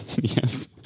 yes